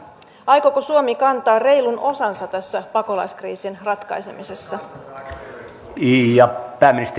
aikooko suomi kantaa reilun osansa tässä pakolaiskriisin ratkaisemisessa